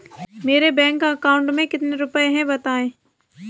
मेरे bank account में कितने रुपए हैं बताएँ?